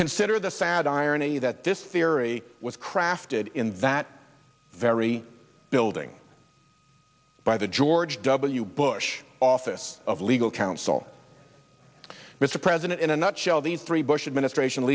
consider the sad irony that this theory was crafted in that very building by the george w bush office of legal counsel mr president in a nutshell these three bush administration